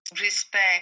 respect